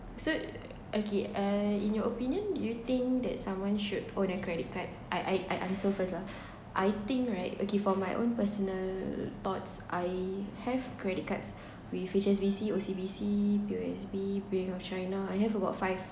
so okay uh in your opinion do you think that someone should own a credit card I I answer first lah I think right okay for my own personal thoughts I have credit cards with H_S_B_C O_C_B_C P_O_S_B bank of china I have about five